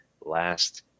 last